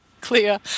Clear